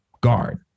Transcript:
guard